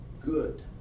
good